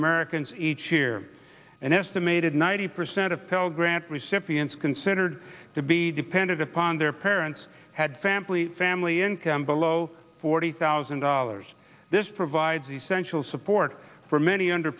americans each year an estimated ninety percent of pell grant recipients considered to be depended upon their parents had family family income below forty thousand dollars this provides essential support for many under